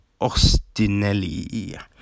Ostinelli